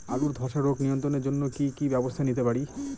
আলুর ধ্বসা রোগ নিয়ন্ত্রণের জন্য কি কি ব্যবস্থা নিতে পারি?